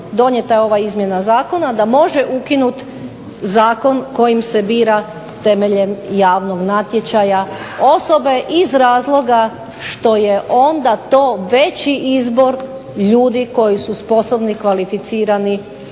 Donijeta je ova izmjena zakona da može ukinuti zakon kojim se bira temeljem javnog natječaja osobe iz razloga što je onda to veći izbor ljudi koji su sposobni, kvalificirani